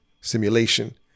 simulation